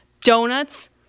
donuts